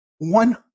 one